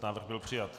Návrh byl přijat.